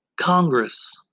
Congress